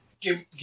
Give